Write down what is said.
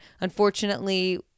Unfortunately